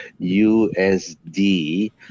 USD